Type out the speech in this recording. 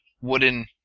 wooden